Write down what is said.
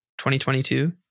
2022